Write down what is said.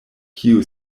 kiu